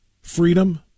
freedom